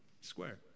square